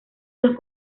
los